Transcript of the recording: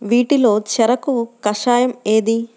వీటిలో చెరకు కషాయం ఏది?